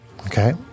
Okay